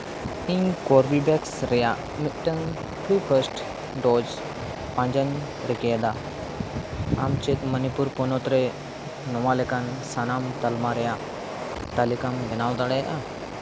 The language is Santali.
ᱤᱧ ᱠᱚᱨᱵᱷᱮᱵᱷᱮᱠᱥ ᱨᱮᱭᱟᱜ ᱢᱤᱫᱴᱟᱱ ᱯᱷᱨᱤ ᱯᱷᱟᱥᱴ ᱰᱳᱡᱽ ᱯᱟᱸᱡᱟᱧ ᱨᱤᱠᱟᱹᱭᱮᱫᱟ ᱟᱢ ᱪᱮᱫ ᱢᱚᱱᱤᱯᱩᱨ ᱯᱚᱱᱚᱛ ᱨᱮ ᱱᱚᱣᱟ ᱞᱮᱠᱟᱱ ᱥᱟᱱᱟᱢ ᱛᱟᱞᱢᱟ ᱨᱮᱭᱟᱜ ᱛᱟᱹᱞᱤᱠᱟᱢ ᱵᱮᱱᱟᱣ ᱫᱟᱲᱮᱭᱟᱜᱼᱟ